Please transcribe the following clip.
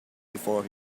before